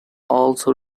also